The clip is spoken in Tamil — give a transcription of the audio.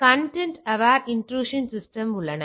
எனவே content aware intrusion protection systems உள்ளன